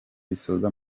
bisoza